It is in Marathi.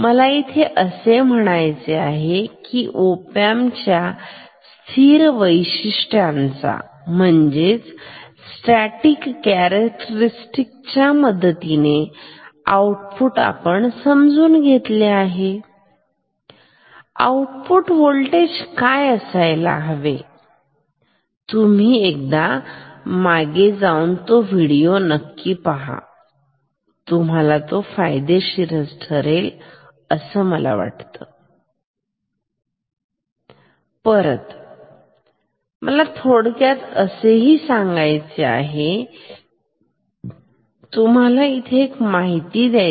मला असे म्हणायचे आहे की आपण ओपॅम्प च्या स्थिर वैशिष्ट्यांचा म्हणजे स्टॅटिक कॅरेक्टरस्टिक च्या मदतीने आउटपुट समजून घेतले आहे आउटपुट वोल्टेज काय असायला हवे तुम्ही मागे जाऊन परत तो व्हिडिओ नक्कीच पाहू शकता जो तुम्हाला फायदेशीर ठरेल असे मला वाटते ठीक आहे परत मला थोडक्यात असेही म्हणायचे आहे की मी तुम्हाला इथे एक माहिती देते